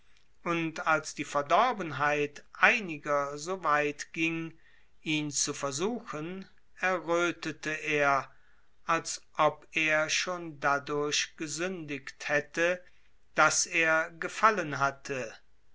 und als die verdorbenheit einiger so weit ging ihn zu versuchen erröthete er als ob er gesündigt hätte daß er gefallen hatte